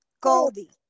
goldie